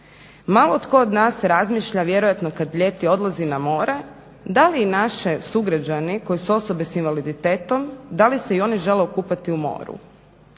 Malo tko od nas razmišlja vjerojatno kad ljeti odlazi na more da li i naši sugrađani koji su osobe s invaliditetom, da li se i oni žele okupati u moru.